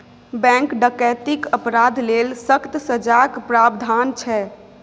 bank डकैतीक अपराध लेल सक्कत सजाक प्राबधान छै